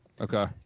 Okay